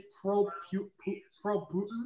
pro-Putin